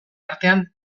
artean